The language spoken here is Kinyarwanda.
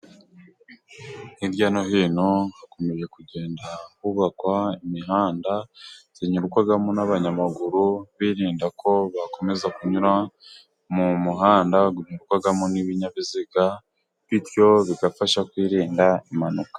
Hirya no hino hakomeje kugenda hubakwa imihanda inyurwamo n'abanyamaguru, birinda ko bakomeza kunyura mu muhanda unyurwagamo n'ibinyabiziga, bityo bigafasha kwirinda impanuka.